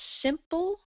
simple